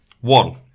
One